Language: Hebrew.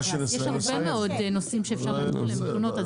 יש הרבה מאוד נושאים שאפשר להגיש עליהם תלונות.